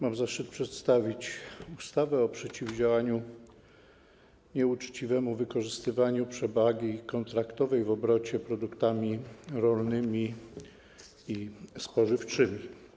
Mam zaszczyt przedstawić ustawę o przeciwdziałaniu nieuczciwemu wykorzystywaniu przewagi kontraktowej w obrocie produktami rolnymi i spożywczymi.